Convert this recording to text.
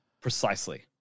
Precisely